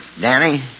Danny